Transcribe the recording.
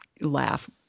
laugh